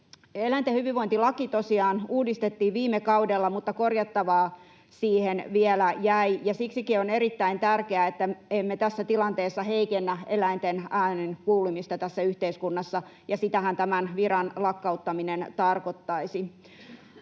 Eläinten hyvinvointilaki tosiaan uudistettiin viime kaudella, mutta korjattavaa siihen vielä jäi, ja siksikin on erittäin tärkeää, että emme tässä tilanteessa heikennä eläinten äänen kuulumista tässä yhteiskunnassa, ja sitähän tämän viran lakkauttaminen tarkoittaisi.